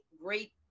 great